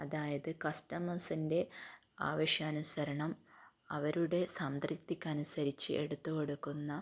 അതായത് കസ്റ്റമേഴ്സിൻ്റെ ആവശ്യാനുസരണം അവരുടെ സംതൃപ്തിക്ക് അനുസരിച്ച് എടുത്ത് കൊടുക്കുന്ന